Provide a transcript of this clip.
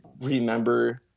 remember